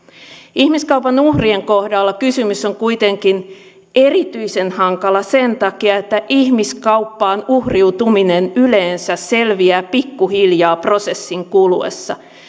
ihmiskaupan uhrien kohdalla kysymys on kuitenkin erityisen hankala sen takia että ihmiskauppaan uhriutuminen yleensä selviää pikkuhiljaa prosessin kuluessa